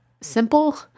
simple